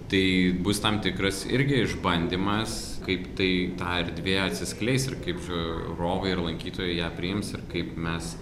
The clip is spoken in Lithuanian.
tai bus tam tikras irgi išbandymas kaip tai ta erdvė atsiskleis ir kaip žiūrovai ir lankytojai ją priims ir kaip mes